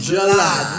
July